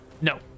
No